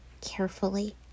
carefully